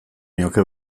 nioke